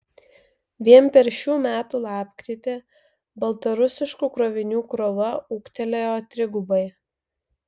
vien per šių metų lapkritį baltarusiškų krovinių krova ūgtelėjo trigubai